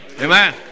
Amen